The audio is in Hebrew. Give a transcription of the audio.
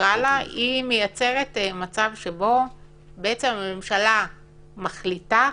מייצרת מצב שהממשלה מחליטה,